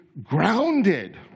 grounded